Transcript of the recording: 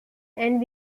and